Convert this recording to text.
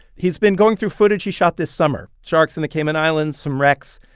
he's been going through footage he shot this summer sharks in the cayman islands, some wrecks,